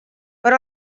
per